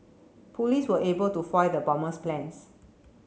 police were able to foil the bomber's plans